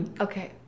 okay